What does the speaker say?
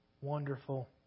wonderful